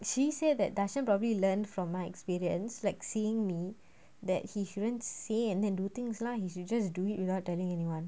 she said that dasson probably learned from my experience like seeing me that he shouldn't say and then do things lah he should just do it without telling anyone